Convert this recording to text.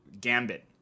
gambit